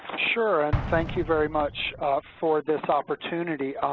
sure and thank you very much for this opportunity.